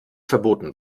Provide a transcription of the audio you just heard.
verboten